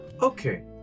Okay